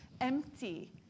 empty